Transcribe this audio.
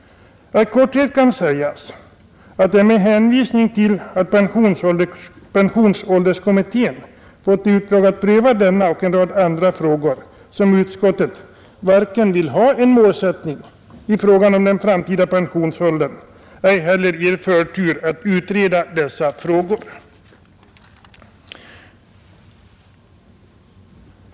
I korthet kan sägas att det är med hänvisning till att pensionsålderskommittén fått i uppdrag att pröva denna och en rad andra frågor som utskottet varken vill ha en målsättning i frågan om den framtida pensionsåldern eller ge förtur att utreda den.